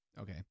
Okay